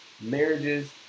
marriages